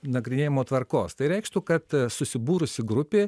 nagrinėjimo tvarkos tai reikštų kad susibūrusi grupė